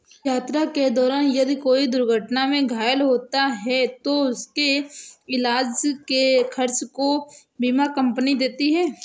यात्रा के दौरान यदि कोई दुर्घटना में घायल होता है तो उसके इलाज के खर्च को बीमा कम्पनी देती है